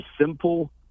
simple